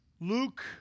Luke